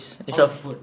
how's the food